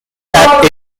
that